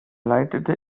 leitete